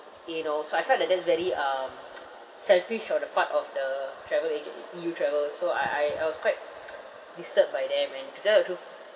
you know so I felt that that's very um selfish of the part of the travel agent E_U travel so I I I was quite disturbed by them and to tell the truth